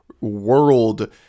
world